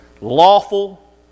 lawful